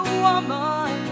woman